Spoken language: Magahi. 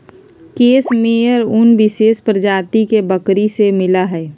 केस मेयर उन विशेष प्रजाति के बकरी से मिला हई